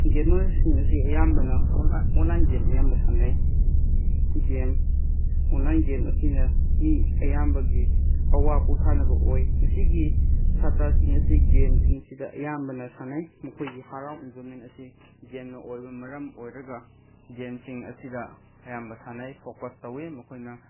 ꯒꯦꯝꯃꯔꯁꯤꯡ ꯑꯁꯤ ꯑꯌꯥꯝꯕꯅ online game ꯑꯌꯥꯝꯕ ꯁꯥꯟꯅꯩ ꯒꯦꯝ ꯑꯣꯟꯂꯥꯏꯟ ꯒꯦꯝ ꯑꯁꯤꯅ ꯃꯤ ꯑꯌꯥꯝꯕꯒꯤ ꯑꯋꯥ ꯄꯣꯊꯥꯅꯕ ꯑꯣꯏ ꯉꯁꯤꯒꯤ ꯁꯥꯇ꯭ꯔꯥꯁꯤꯡ ꯑꯁꯤ ꯒꯦꯝꯁꯤꯡꯁꯤꯗ ꯑꯌꯥꯝꯕꯅ ꯁꯥꯟꯅꯩ ꯃꯈꯣꯏꯒꯤ ꯍꯔꯥꯎ ꯏꯟꯖꯣꯏꯃꯦꯟ ꯑꯁꯤ ꯒꯦꯝꯅ ꯑꯣꯏꯕ ꯃꯔꯝ ꯑꯣꯏꯔꯒ ꯒꯦꯝꯁꯤꯡ ꯑꯁꯤꯗ ꯑꯌꯥꯝꯕ ꯁꯥꯟꯅꯩ ꯐꯣꯀꯁ ꯇꯧꯏ ꯃꯈꯣꯏꯅ